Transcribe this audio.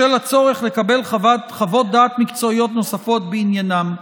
בשל הצורך לקבל חוות דעת מקצועיות נוספות בעניינם.